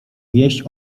wieść